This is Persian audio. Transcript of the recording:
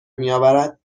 میآورد